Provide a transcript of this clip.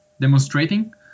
demonstrating